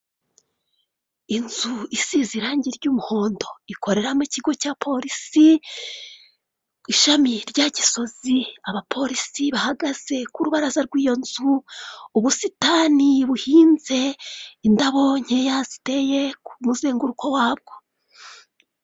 Inzu isize irange ryumuhondo ikoreramo ikigo cya police ishami rya gisozi abapolisi bahagaze kurubaraza rwiyo nzu ubusitani buhinze indabo nkeya ziteye kumuzenguruko wabwo.